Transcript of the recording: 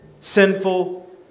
sinful